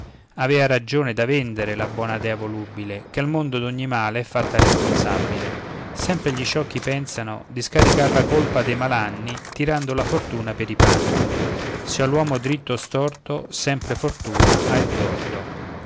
avea ragion da vendere la buona dea volubile che al mondo d'ogni male è fatta responsabile sempre gli sciocchi pensano di scaricar la colpa dei malanni tirando la fortuna per i panni sia l'uomo dritto o storto sempre fortuna ha il torto